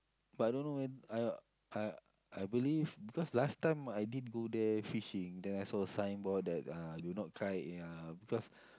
but I don't know when I I I believe because last time I did go there fishing then I saw signboard that uh do not kite ya because